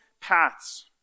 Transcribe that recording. paths